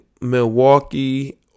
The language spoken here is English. Milwaukee